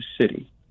city